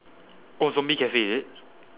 oh zombie cafe is it